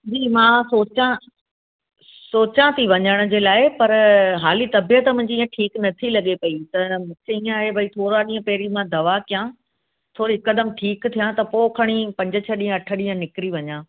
जी मां सोचां सोचां ती वंञण जे लाए पर त हाली तबियत मुंजी इअं ठीक नथी लॻे पई त इअं आए भई थोड़ा ॾींअं पैंरी मां दवा कयां थोड़ी हिकदमु ठीक थिआं त पो खणी पंज छह ॾींअं अठ ॾींअं निकिरि वञा